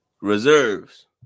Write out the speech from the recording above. Reserves